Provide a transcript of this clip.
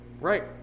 Right